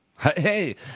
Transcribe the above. Hey